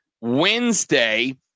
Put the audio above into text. Wednesday